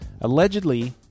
Allegedly